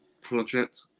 project